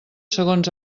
segons